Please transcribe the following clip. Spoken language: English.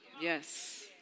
Yes